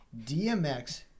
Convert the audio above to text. DMX